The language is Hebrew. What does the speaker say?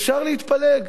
אפשר להתפלג.